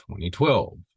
2012